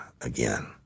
again